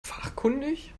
fachkundig